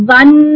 one